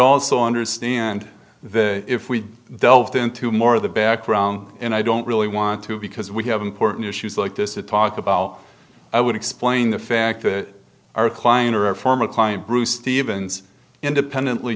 also understand that if we delved into more of the background and i don't really want to because we have important issues like this to talk about i would explain the fact that our client or our former client bruce stevens independently